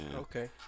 okay